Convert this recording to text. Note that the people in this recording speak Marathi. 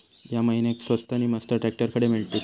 या महिन्याक स्वस्त नी मस्त ट्रॅक्टर खडे मिळतीत?